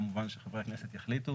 כמובן שחברי הכנסת יחליטו